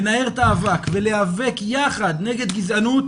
לנער את האבק ולהיאבק יחד נגד גזענות,